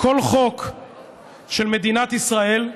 כל חוק של מדינת ישראל,